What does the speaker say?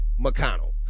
McConnell